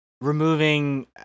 removing